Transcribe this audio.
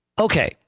Okay